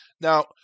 Now